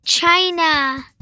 China